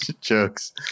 jokes